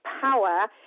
power